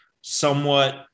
somewhat –